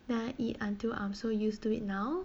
then I eat until I'm so used to it now